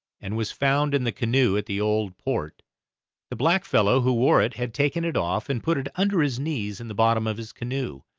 and was found in the canoe at the old port the blackfellow who wore it had taken it off and put it under his knees in the bottom of his canoe,